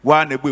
One